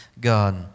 God